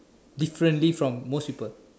differently from most people